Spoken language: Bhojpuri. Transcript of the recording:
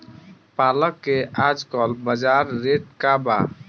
पालक के आजकल बजार रेट का बा?